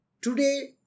Today